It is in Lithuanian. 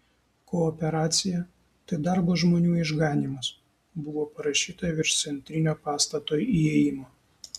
kooperacija tai darbo žmonių išganymas buvo parašyta virš centrinio pastato įėjimo